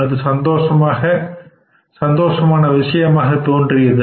அது சந்தோஷமான விஷயமாகத் தோன்றியது